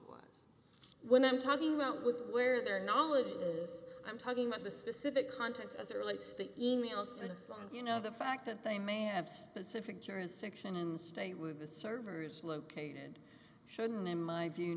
was when i'm talking about with where their knowledge is i'm talking about the specific contents as it relates to e mails and phone you know the fact that they may have specific jurisdiction in stay with the servers located shouldn't in my view